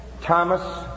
Thomas